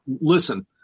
listen